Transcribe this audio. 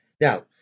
Now